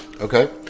Okay